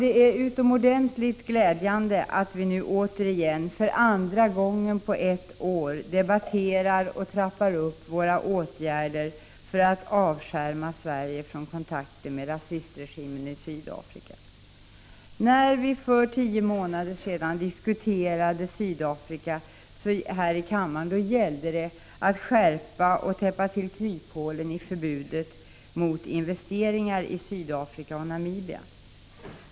Det är utomordentligt glädjande att vi nu återigen, för andra gången på ett år, debatterar och trappar upp våra åtgärder för att avskärma Sverige från kontakter med rasistregimen i Sydafrika. När vi för tio månader sedan diskuterade frågan om Sydafrika här i kammaren gällde det att skärpa bestämmelserna och täppa till kryphålen i förbudet om investeringar i Sydafrika och Namibia.